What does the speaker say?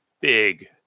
big